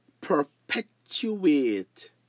perpetuate